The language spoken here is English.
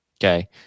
Okay